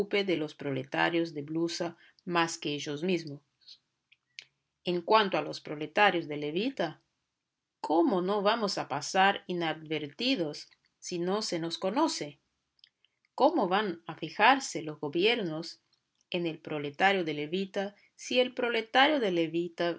de los proletarios de blusa más que ellos mismos en cuanto a los proletarios de levita cómo no vamos a pasar inadvertidos si no se nos conoce cómo van a fijarse los gobiernos en el proletario de levita si el proletario de levita